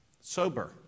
Sober